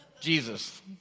Jesus